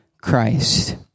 Christ